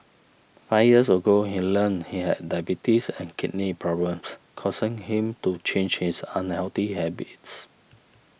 five years ago he learnt he had diabetes and kidney problems causing him to change his unhealthy habits